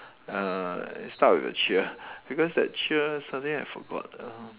uh it start with a cheer because that cheer suddenly I forgot um